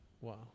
Wow